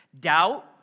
Doubt